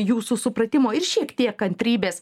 jūsų supratimo ir šiek tiek kantrybės